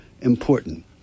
important